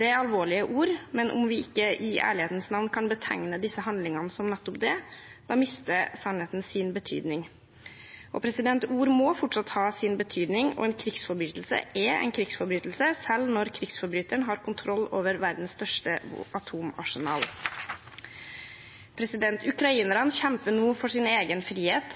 Det er alvorlige ord, men om vi ikke, i ærlighetens navn, kan betegne disse handlingene som nettopp det, mister sannheten sin betydning. Ord må fortsatt ha sin betydning, og en krigsforbrytelse er en krigsforbrytelse, selv når krigsforbryteren har kontroll over verdens største atomvåpenarsenal. Ukrainerne kjemper nå for sin egen frihet,